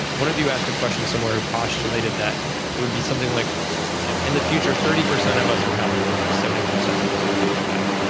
one of you asked a question somewhere postulated that it would be something like you know in the future, thirty percent of us would have it good and seventy percent of us will have it bad.